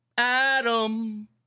Adam